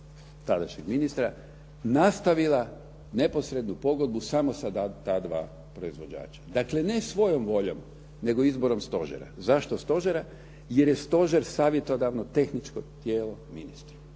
tadašnjeg ministra nastavila neposrednu pogodbu samo sa ta dva proizvođača. Dakle, ne svojom voljom nego izborom stožera. Zašto stožera? Jer je stožer savjetodavno tehničko tijelo ministra,